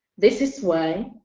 this is why